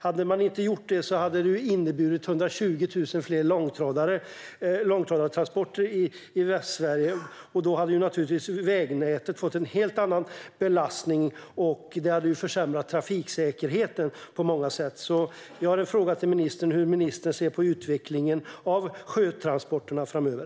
Om man inte hade gjort det hade det inneburit 120 000 fler långtradartransporter i Västsverige. Då hade vägnätet naturligtvis fått en helt annan belastning, och det hade försämrat trafiksäkerheten på många sätt. Hur ser ministern på utvecklingen för sjötransporterna framöver?